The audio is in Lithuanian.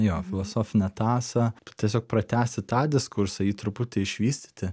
jo filosofinę tąsą tiesiog pratęsi tą diskursą jį truputį išvystyti